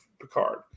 Picard